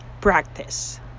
practice